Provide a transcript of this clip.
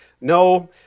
no